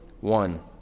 one